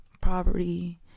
poverty